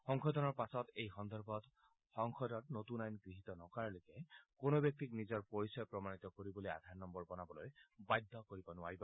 সংশোধনৰ পাছত এই সন্দৰ্ভত সংসদত নতুন আইন গৃহীত নকৰালৈকে কোনো ব্যক্তিক নিজৰ পৰিচয় প্ৰমাণিত কৰিবলৈ আধাৰ নম্বৰ বনাবলৈ বাধ্য কৰিব নোৱাৰিব